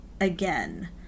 Again